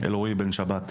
אלרואי בן שבת.